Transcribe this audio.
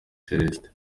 celestin